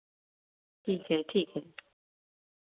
ठीक है ठीक है